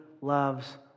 loves